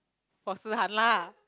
for Si-Han lah